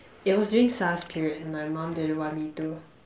it was during Sars period and my mom didn't want me to